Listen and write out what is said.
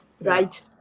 right